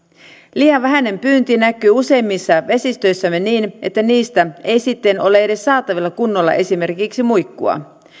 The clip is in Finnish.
liian vähäinen pyynti näkyy useimmissa vesistöissämme niin että niistä ei sitten ole edes saatavilla kunnolla esimerkiksi muikkuja